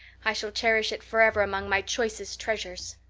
i shall cherish it forever among my choicest treasures.